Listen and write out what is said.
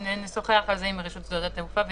נשוחח על זה עם רשות שדות התעופה ונבדוק.